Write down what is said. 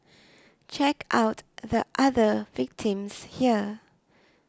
check out the other victims here